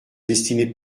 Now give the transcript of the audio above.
destinée